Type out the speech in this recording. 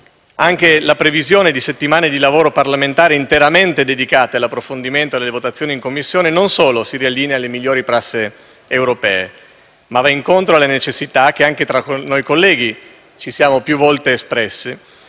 anche la previsione di settimane di lavoro parlamentare interamente dedicate all'approfondimento e alle votazioni in Commissione non solo si riallinea alle migliori prassi europee, ma va incontro alle necessità, che anche tra noi colleghi abbiamo più volte espresso,